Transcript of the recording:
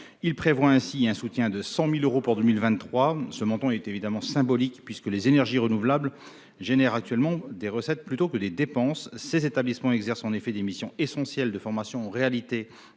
de prévoir un soutien de 100 000 euros pour 2023. Ce montant est évidemment symbolique, puisque les énergies renouvelables sont actuellement davantage source de recettes que de dépenses. Les établissements visés exercent en effet des missions essentielles de formation aux réalités